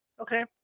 Okay